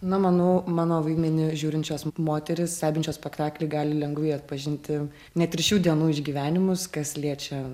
na manau mano vaidmenį žiūrinčios moterys stebinčios spektaklį gali lengvai atpažinti net ir šių dienų išgyvenimus kas liečia